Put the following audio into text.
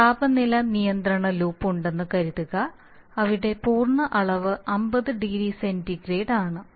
ഒരു താപനില നിയന്ത്രണ ലൂപ്പ് ഉണ്ടെന്ന് കരുതുക അവിടെ പൂർണ്ണ അളവ് 50 ഡിഗ്രി സെന്റിഗ്രേഡ് ആണ്